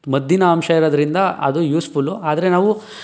ಮದ್ದಿನ ಅಂಶ ಇರೋದರಿಂದ ಅದು ಯೂಸ್ಫುಲು ಆದರೆ ನಾವು